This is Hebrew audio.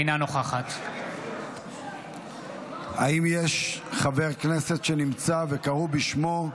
אינה נוכחת האם יש חבר כנסת שנמצא, קראו בשמו,